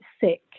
sick